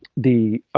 the